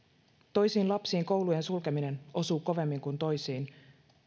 toisiin lapsiin koulujen sulkeminen osuu kovemmin kuin toisiin